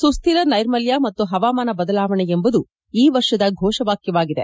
ಸುಸ್ದಿರ ನೈರ್ಮಲ್ಯ ಮತ್ತು ಹವಾಮಾನ ಬದಲಾವಣೆ ಎಂಬುದು ಈ ವರ್ಷದ ಫೋಷವಾಕ್ಯವಾಗಿದೆ